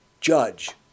judge